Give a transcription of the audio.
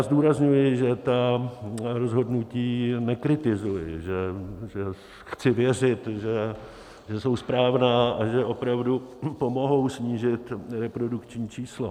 Zdůrazňuji, že ta rozhodnutí nekritizuji, že chci věřit, že jsou správná a opravdu pomohou snížit reprodukční číslo.